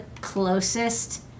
closest